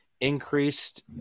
increased